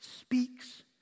speaks